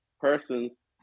persons